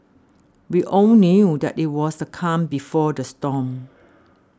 we all knew that it was the calm before the storm